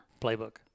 playbook